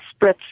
spritz